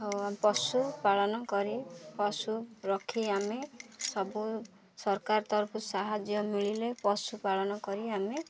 ଆଉ ପଶୁପାଳନ କରି ପଶୁ ରଖି ଆମେ ସବୁ ସରକାର ତରଫରୁ ସାହାଯ୍ୟ ମିଳିଲେ ପଶୁପାଳନ କରି ଆମେ